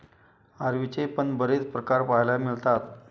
अरवीचे पण बरेच प्रकार पाहायला मिळतात